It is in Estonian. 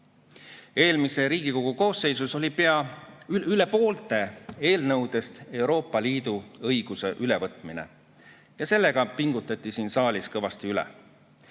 Eelmises Riigikogu koosseisus moodustas veidi üle poole eelnõudest Euroopa Liidu õiguse ülevõtmine ja sellega pingutati siin saalis kõvasti üle.